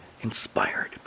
inspired